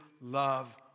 love